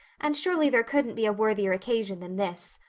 and surely there couldn't be a worthier occasion than this.